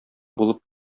булып